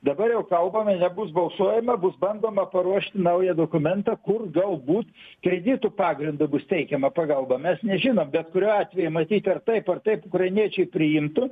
dabar jau kalbame nebus balsuojama bus bandoma paruošt naują dokumentą kur galbūt kreditų pagrindu bus teikiama pagalba mes nežinom bet kuriuo atveju matyt ar taip ar taip ukrainiečiai priimtų